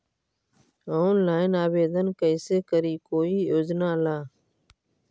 Online आवेदन कैसे करी कोई योजना ला?